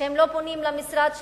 שהם לא פונים למשרד שלך,